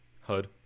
HUD